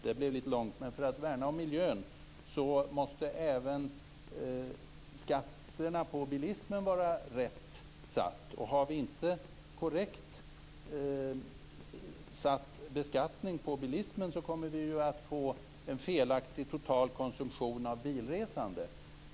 Det här blir litet långt, men för att värna om miljön måste även skatterna på bilismen vara rätt satta. Har vi inte korrekt satt beskattning på bilismen så kommer vi ju att få en felaktig total konsumtion av bilresande.